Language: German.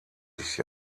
ich